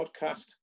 podcast